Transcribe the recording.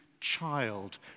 child